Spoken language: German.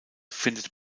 findet